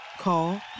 Call